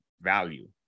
value